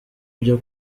byo